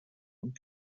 und